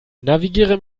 navigiere